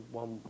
one